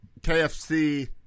KFC